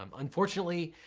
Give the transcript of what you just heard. um unfortunately,